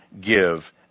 give